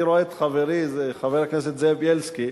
אני רואה את חברי חבר הכנסת זאב בילסקי,